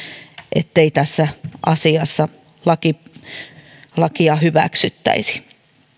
ettei tässä asiassa lakia hyväksyttäisi